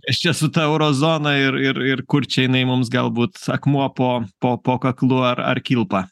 čia su ta euro zona ir ir ir kur čia jinai mums galbūt akmuo po po po kaklu ar ar kilpa